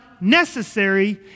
necessary